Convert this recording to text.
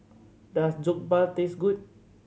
does Jokbal taste good